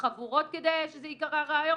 וחבורות שזה ייקרא ראיות?